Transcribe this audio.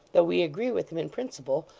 though we agree with him in principle,